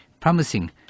promising